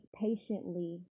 patiently